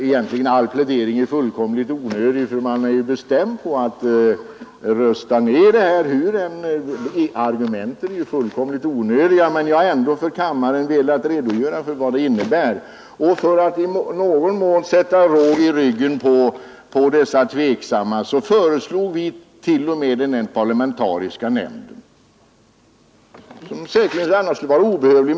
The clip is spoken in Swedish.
Egentligen är all plädering fullkomligt onödig eftersom man har bestämt sig för att rösta ner förslaget, men jag har ändå för kammaren velat redogöra för vad det innebär. För att i någon mån ge de tveksamma råg i ryggen föreslår vi t.o.m. den parlamentariska nämnden, som säkert annars skulle vara obehövlig.